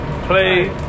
play